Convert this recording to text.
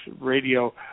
radio